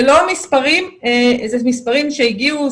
זה מספרים שהגיעו,